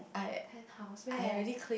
penthouse where